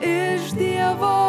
iš dievo